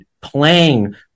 playing